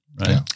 right